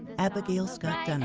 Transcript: abigail scott